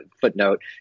footnote